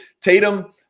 Tatum